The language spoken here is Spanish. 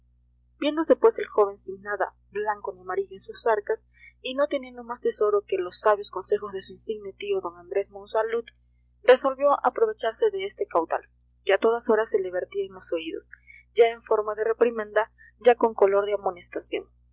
viéndose pues el joven sin nada blanco ni amarillo en sus arcas y no teniendo más tesoro que los sabios consejos de su insigne tío d andrés monsalud resolvió aprovecharse de este caudal que a todas horas se le vertía en los oídos ya en forma de reprimenda ya con color de amonestación